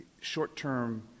Short-term